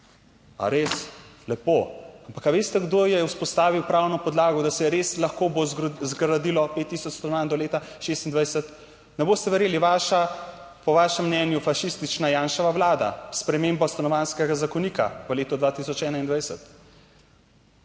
A res? Lepo, ampak a veste kdo je vzpostavil pravno podlago, da se res lahko bo zgradilo 5000 stanovanj do leta 2026? Ne boste verjeli, vaša, po vašem mnenju fašistična Janševa Vlada spremembo Stanovanjskega zakonika v letu 2021.